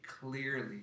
clearly